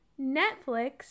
Netflix